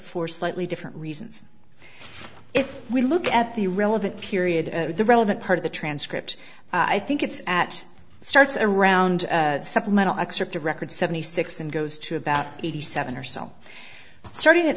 for slightly different reasons if we look at the relevant period the relevant part of the transcript i think it's at starts around supplemental excerpt a record seventy six and goes to about eighty seven or so starting at